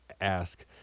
ask